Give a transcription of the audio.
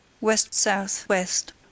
west-south-west